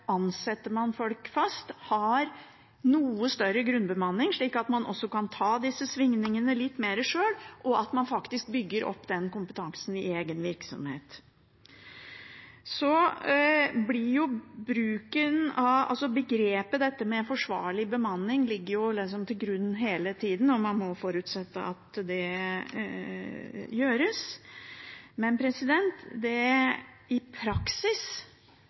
folk fast, ha en noe større grunnbemanning, slik at man også kan ta disse svingningene litt mer sjøl og faktisk bygge opp kompetanse i egen virksomhet. Begrepet «forsvarlig bemanning» ligger til grunn hele tiden, og man må forutsette at det gjøres. Men